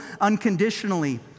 unconditionally